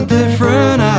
different